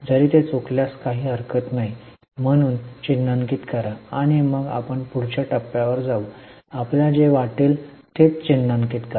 जरी ते चुकल्यास काहीही हरकत नाही म्हणून चिन्हांकित करा आणि मग आपण पुढच्या टप्प्यावर जाऊ आपल्याला जे वाटेल तेच चिन्हांकित करू